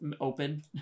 open